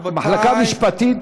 רבותי, המחלקה המשפטית